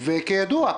וכידוע,